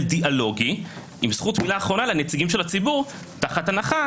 דיאלוגי עם זכות מילה אחרונה לנציגי הציבור תחת הנחה